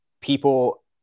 people